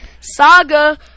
Saga